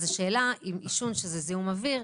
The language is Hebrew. השאלה אם עישון זה זיהום אוויר,